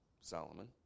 Solomon